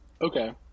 okay